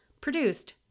produced